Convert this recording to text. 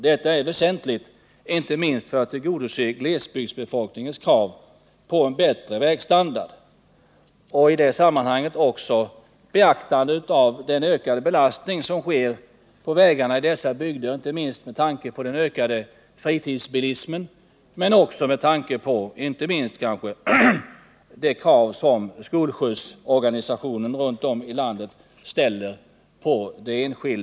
Detta är väsentligt, inte minst för att tillgodose glesbygdsbefolkningens krav på en bättre vägstandard. I det sammanhanget bör beaktas den ökade belastning som genom den tilltagande fritidsbilismen sker på vägarna i glesbygden liksom kanske framför allt de krav som måste uppfyllas när det gäller skolskjutsorganisationen runt om i landet.